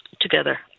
together